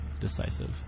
decisive